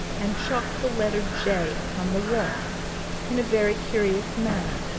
and chalked the letter j upon the wall in a very curious manner,